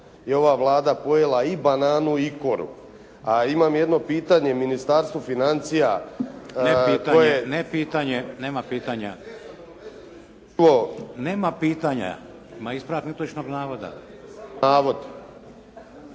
je ova Vlada pojela i bananu i koru. A imam jedno pitanje Ministarstvu financija … …/Upadica: Ne pitanje, ne pitanje. Nema pitanja./… Što? …/Upadica: Nema pitanja. Ima ispravak netočnog navoda./… Navod.